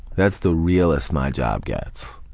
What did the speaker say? that's the realest my job gets.